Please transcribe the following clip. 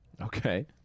okay